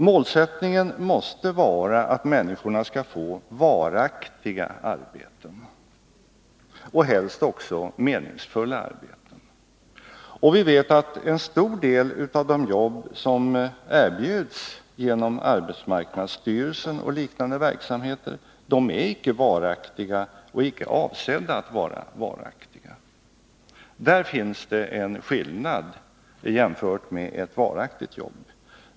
Målet måste vara att människorna skall få varaktiga arbeten, helst också meningsfulla arbeten. Vi vet att en stor del av de jobb som erbjuds genom arbetsmarknadsstyrelsen, och liknande jobb, är icke varaktiga och icke heller avsedda att vara varaktiga. Där finns det en skillnad jämfört med ett varaktigt jobb.